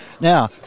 Now